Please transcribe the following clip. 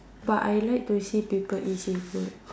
but I like to see people eat seafood